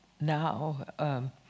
now